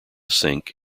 sink